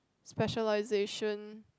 specialisation